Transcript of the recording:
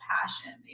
passion